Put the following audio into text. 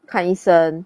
看医生